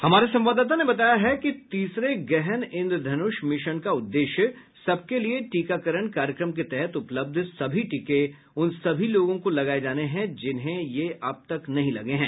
हमारे संवाददाता ने बताया है कि तीसरे गहन इन्द्रधनुष मिशन का उद्देश्य सबके लिए टीकाकरण कार्यक्रम के तहत उपलब्ध सभी टीके उन सभी लोगों को लगाए जाने हैं जिन्हें ये अब तक नहीं लगे हैं